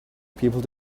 people